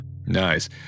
nice